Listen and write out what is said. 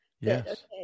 Yes